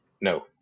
No